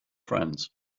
friends